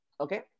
Okay